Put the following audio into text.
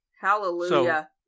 Hallelujah